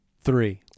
Three